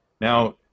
Now